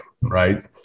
right